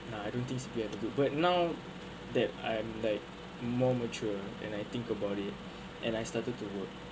nah I don't think C_P_F is good but now that I'm like more mature and I think about it and I started to work